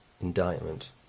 indictment